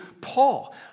Paul